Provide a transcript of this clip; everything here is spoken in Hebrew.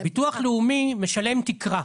ביטוח לאומי משלם תקרה.